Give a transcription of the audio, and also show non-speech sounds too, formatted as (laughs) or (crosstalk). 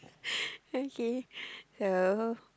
(laughs) okay so